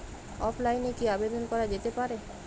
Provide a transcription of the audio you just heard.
অফলাইনে কি আবেদন করা যেতে পারে?